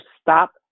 stop